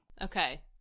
Okay